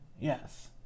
Yes